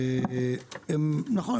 נכון,